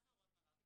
מה זה הוראות המעבר?